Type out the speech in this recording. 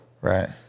right